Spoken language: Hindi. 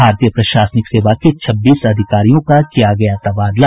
भारतीय प्रशासनिक सेवा के छब्बीस अधिकारियों का किया गया तबादला